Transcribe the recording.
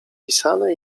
pisane